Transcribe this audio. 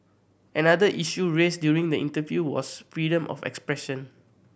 another issue raised during the interview was freedom of expression